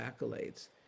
accolades